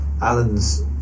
Alan's